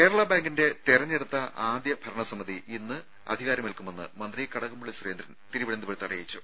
കേരള ബാങ്കിന്റെ തെരഞ്ഞെടുത്ത ആദ്യ ഭരണ സമിതി ഇന്ന് അധികാരമേൽക്കുമെന്ന് മന്ത്രി കടകംപള്ളി സുരേന്ദ്രൻ അറിയിച്ചു